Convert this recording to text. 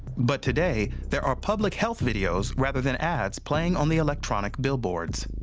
but today there are public health videos rather than ads playing on the electronic billboards.